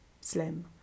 slim